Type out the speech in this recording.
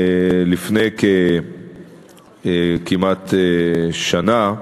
לפני כמעט שנה,